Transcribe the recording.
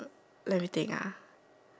let me think ah